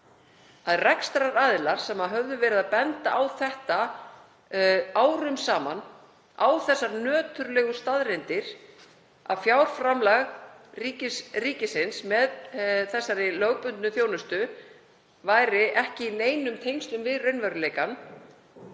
að rekstraraðilar sem höfðu verið að benda á þetta árum saman, á þær nöturlegu staðreyndir að fjárframlag ríkisins með þessari lögbundnu þjónustu væri ekki í neinum tengslum við raunveruleikann,